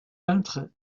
peintre